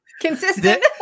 consistent